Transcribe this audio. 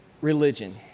religion